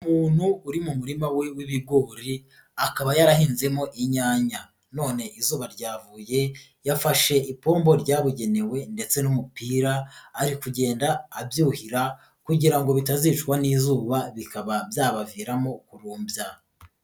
Umuntu uri mu murima we w'ibigori akaba yarahinzemo inyanya none izuba ryavuye yafashe ipombo ryabugenewe ndetse n'umupira, ari kugenda abyuhira kugira ngo bitazicwa n'izuba bikaba byabaviramo kurumbya.